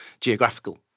geographical